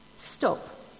Stop